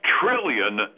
trillion